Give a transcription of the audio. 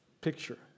picture